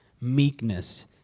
meekness